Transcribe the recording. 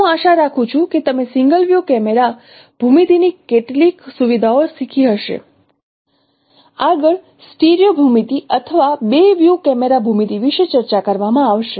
હું આશા રાખું છું કે તમે સિંગલ વ્યૂ કેમેરા ભૂમિતિની કેટલીક સુવિધાઓ શીખી હશે આગળ સ્ટીરિયો ભૂમિતિ અથવા બે વ્યૂ કેમેરા ભૂમિતિ વિશે ચર્ચા કરવામાં આવશે